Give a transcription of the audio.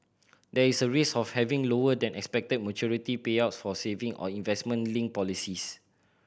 there is a risk of having lower than expected maturity payouts for saving or investment linked policies